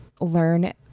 learn